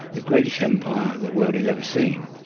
the greatest empire the world has ever seen,